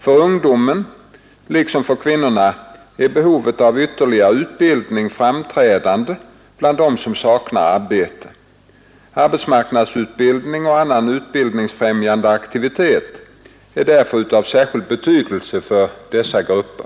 För ungdomen — liksom för kvinnorna — är behovet av ytterligare utbildning framträdande bland dem som saknar arbete. Arbetsmarknadsutbildningen och annan utbildningsfrämjande aktivitet är därför särskilt betydelsefull för dessa grupper.